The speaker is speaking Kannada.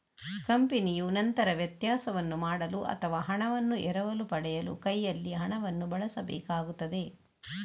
ಕಂಪನಿಯು ನಂತರ ವ್ಯತ್ಯಾಸವನ್ನು ಮಾಡಲು ಅಥವಾ ಹಣವನ್ನು ಎರವಲು ಪಡೆಯಲು ಕೈಯಲ್ಲಿ ಹಣವನ್ನು ಬಳಸಬೇಕಾಗುತ್ತದೆ